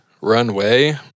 runway